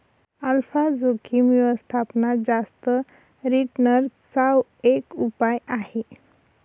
alpha जोखिम व्यवस्थापनात जास्त रिटर्न चा एक उपाय आहे